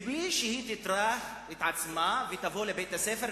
בלי שהיא תטריח את עצמה לבוא לבית-הספר,